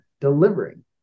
delivering